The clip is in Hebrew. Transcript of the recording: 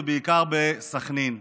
ובעיקר בסח'נין,